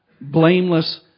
blameless